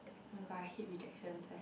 oh my god I hate rejections eh